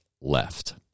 left